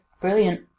brilliant